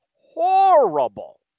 horrible